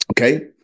Okay